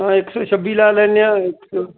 ਹਾਂ ਇੱਕ ਸੌ ਛੱਬੀ ਲਾ ਲੈਂਦੇ ਹਾਂ